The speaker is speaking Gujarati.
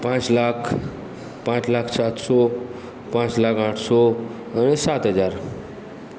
પાંચ લાખ પાંચ લાખ સાતસો પાંચ લાખ આઠસો અને સાત હજાર